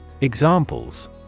Examples